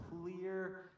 clear